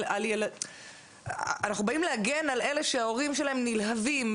אלה שההורים שלהם נלהבים,